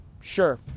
sure